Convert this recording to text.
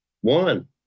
One